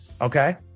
Okay